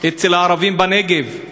אצל הערבים בנגב.